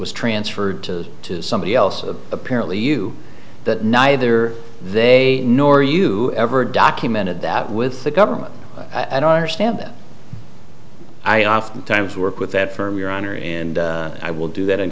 was transferred to somebody else apparently you that neither they nor you ever documented that with the government i don't understand that i oftentimes work with that firm your honor and i will do that in